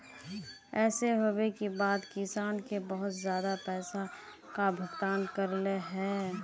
ऐसे होबे के बाद किसान के बहुत ज्यादा पैसा का भुगतान करले है?